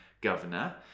governor